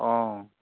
অঁ